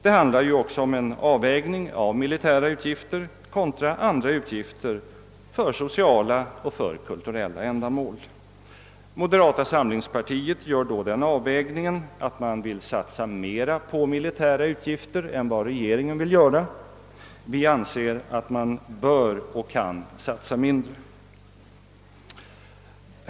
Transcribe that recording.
Det handlar också om en avvägning av militära utgifter kontra andra utgifter, för sociala och kulturella ändamål. Moderata samlingspartiet gör då den avvägningen att man vill satsa mera på militära utgifter än vad regeringen vill göra. Vi anser att man bör och kan satsa mindre.